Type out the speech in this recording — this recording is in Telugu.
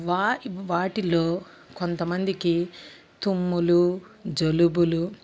వా వాటిలో కొంతమందికి తుమ్ములు జలుబులు